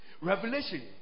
Revelation